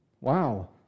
Wow